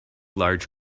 large